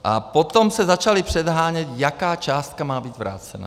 A potom se začali předhánět, jaká částka má být vrácena.